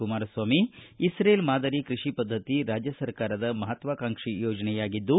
ಕುಮಾರಸ್ವಾಮಿ ಅವರು ಇಶ್ರೇಲ್ ಮಾದರಿ ಕೃಷಿ ಪದ್ದತಿಯು ರಾಜ್ಞ ಸರ್ಕಾರದ ಮಹತ್ವಾಕಾಂಕ್ಷೆ ಯೋಜನೆಯಾಗಿದ್ದು